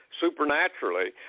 supernaturally